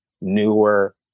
newer